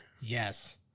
Yes